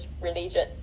religion